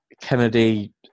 Kennedy